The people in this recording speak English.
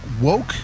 woke